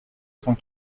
cent